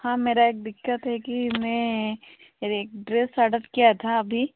हाँ मेरा एक दिक्कत है कि मैं एक ड्रेस आडर किया था अभी